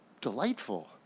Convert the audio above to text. delightful